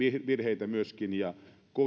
virheitä ja